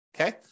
okay